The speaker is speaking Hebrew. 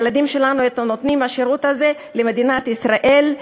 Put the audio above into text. הילדים שלנו נותנים את השירות הזה למדינת ישראל.